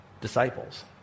disciples